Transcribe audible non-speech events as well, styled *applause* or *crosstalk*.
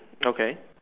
*noise* okay